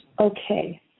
Okay